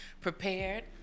prepared